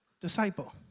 Disciple